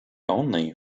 only